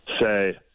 say